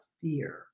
fear